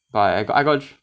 but I got I got